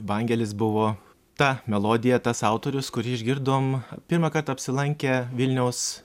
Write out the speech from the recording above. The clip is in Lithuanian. vangelis buvo ta melodija tas autorius kurį išgirdom pirmąkart apsilankę vilniaus